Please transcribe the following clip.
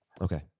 Okay